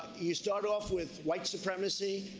you start off with white supremacy,